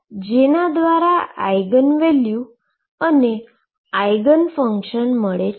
જેના દ્વારા eigen value અને આઈગન ફંક્શન મળે છે